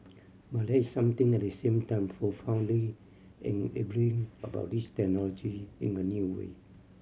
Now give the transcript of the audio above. but there is something at the same time profoundly enabling about these technology in a new way